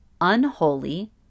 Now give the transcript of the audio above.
unholy